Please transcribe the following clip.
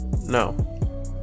No